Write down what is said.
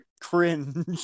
Cringe